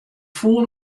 foel